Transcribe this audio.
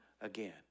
again